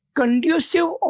conducive